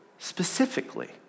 Specifically